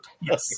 Yes